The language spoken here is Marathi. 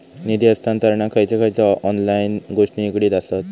निधी हस्तांतरणाक खयचे खयचे ऑनलाइन गोष्टी निगडीत आसत?